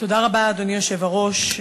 תודה רבה, אדוני יושב-ראש.